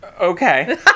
Okay